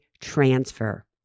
transfer